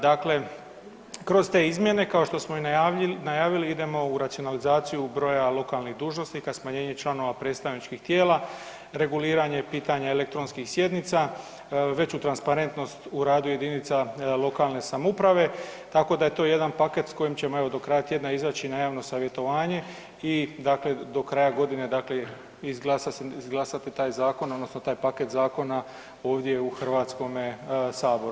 Dakle, kroz te izmjene kao što smo i najavili idemo u racionalizaciju broja lokalnih dužnosnika, smanjenja članova predstavničkih tijela, reguliranje pitanja elektronskih sjednica, veću transparentnost u radu jedinica lokalne samouprave tako da je to jedan paket s kojim ćemo evo izaći na javno savjetovanje i dakle do kraja godine, dakle izglasati taj zakon odnosno taj paket zakona ovdje u Hrvatskome saboru.